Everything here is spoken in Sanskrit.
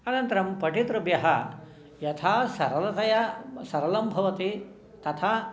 अनन्तरं पठितृभ्यः यथा सरलतया सरलं भवति तथा